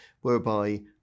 whereby